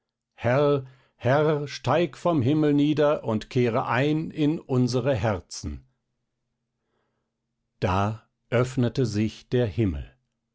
herr herr steig vom himmel nieder und kehre ein in unsere herzen da öffnete sich der himmel